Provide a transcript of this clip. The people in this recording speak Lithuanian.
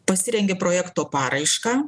pasirengi projekto paraišką